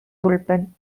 bullpen